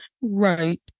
right